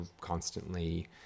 constantly